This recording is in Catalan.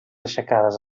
aixecades